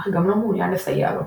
אך גם לא מעוניין לסייע לו.